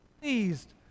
pleased